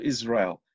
Israel